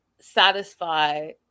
satisfy